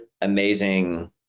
amazing